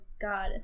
god